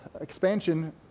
expansion